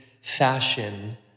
fashion